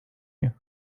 you